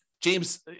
James